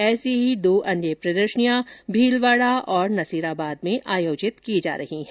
ऐसी ही दो अन्य प्रदर्शनियां भीलवाड़ा और नसीराबाद में आयोजित की जा रही है